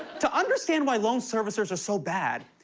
to understand why loan servicers are so bad,